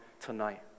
tonight